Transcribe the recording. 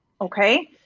okay